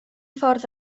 ffordd